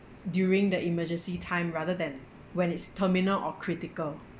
during the emergency time rather than when it's terminal or critical